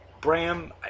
Bram